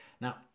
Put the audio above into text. Now